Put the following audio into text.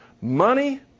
Money